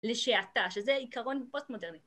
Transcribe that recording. ‫לשעתה, שזה עיקרון פוסט-מודרני.